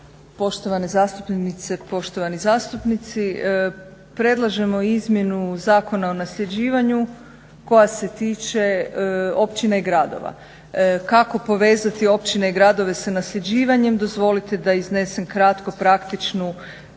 Poštovane zastupnice, poštovani zastupnici. Predlažemo izmjenu Zakona o nasljeđivanju koja se tiče općina i gradova, kako povezati općine i gradove sa nasljeđivanjem. Dozvolite da iznesem kratko praktičnu